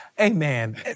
Amen